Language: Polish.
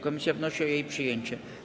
Komisja wnosi o jej przyjęcie.